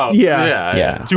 yeah, yeah.